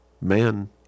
Man